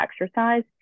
exercise